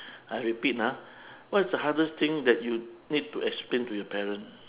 I repeat ah what is the hardest thing that you need to explain to your parent